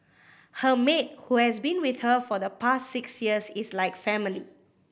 her maid who has been with her for the past six years is like family